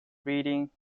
breeding